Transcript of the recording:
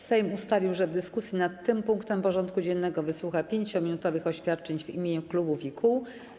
Sejm ustalił, że w dyskusji nad tym punktem porządku dziennego wysłucha 5-minutowych oświadczeń w imieniu klubów i kół.